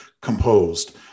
composed